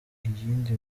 iyindi